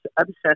obsessed